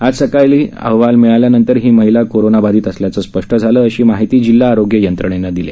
आज सकाळी अहवाल प्राप्त झाल्यानंतर ही महिला कोरोना बाधित असल्याचे स्पष्ट झाले अशी माहिती जिल्हा आरोग्य यंत्रणेने दिली